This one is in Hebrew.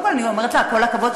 קודם כול אני אומרת לה: כל הכבוד,